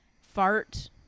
fart